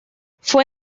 fue